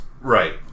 Right